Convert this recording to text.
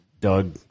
Doug